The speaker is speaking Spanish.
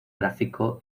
gráfico